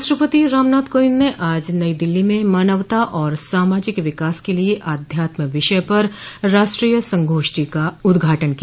राष्ट्रपति रामनाथ कोविंद ने आज नई दिल्ली में मानवता और सामाजिक विकास के लिए अध्यात्म विषय पर राष्ट्रीय संगोष्ठी का उद्घाटन किया